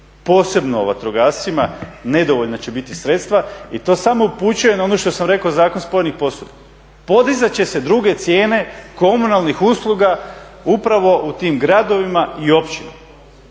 posebno o vatrogascima nedovoljna će biti sredstva. I to samo upućuje na ono što sam rekao zakon spojenih posuda. Podizat će se druge cijene komunalnih usluga upravo u tim gradovima i općinama.